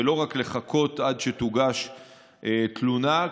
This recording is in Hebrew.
ולא רק לחכות עד שתוגש תלונה,